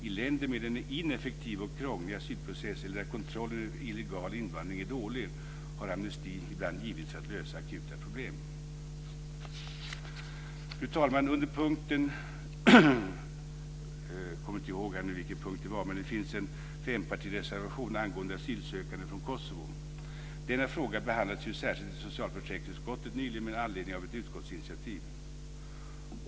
I länder med en ineffektiv och krånglig asylprocess eller där kontrollen av illegal invandring är dålig har amnesti ibland givits för att lösa akuta problem. Fru talman! Det finns en fempartireservation, jag kommer inte ihåg under vilken punkt, angående asylsökande från Kosovo. Denna fråga behandlades ju särskilt i socialförsäkringsutskottet nyligen med anledning av ett utskottsinitiativ.